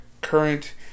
current